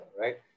right